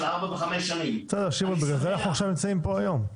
לכן אנו נמצאים פה היום.